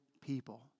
people